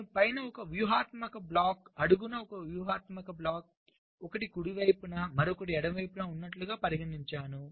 నేను పైన ఒక వ్యూహాత్మక బ్లాక్ అడుగున ఒక వ్యూహాత్మక బ్లాక్ ఒకటి కుడి వైపున మరియు ఒకటిఎడమ వైపున ఉన్నట్లుగా పరిగణించాను